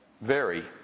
vary